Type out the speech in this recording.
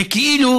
זה כאילו